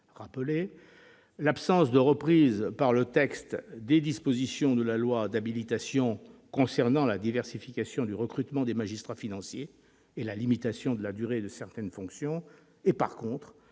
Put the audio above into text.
même que l'absence de reprise par le texte des dispositions de la loi d'habilitation concernant la diversification du recrutement des magistrats financiers et la limitation de la durée de certaines fonctions. On regrettera